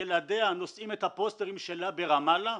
ילדיה נושאים את הפוסטרים שלה ברמאללה,